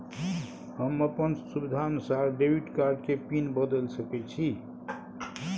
हम अपन सुविधानुसार डेबिट कार्ड के पिन बदल सके छि?